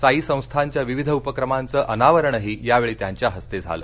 साई संस्थानच्या विविध उपक्रमांचं अनावरणही यावेळी त्यांच्या हस्ते झालं